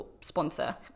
Sponsor